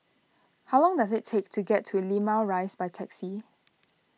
how long does it take to get to Limau Rise by taxi